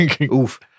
Oof